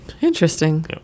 Interesting